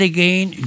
Again